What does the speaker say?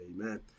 Amen